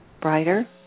brighter